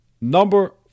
Number